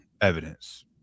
evidence